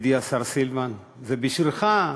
סילבן, זה בשבילך.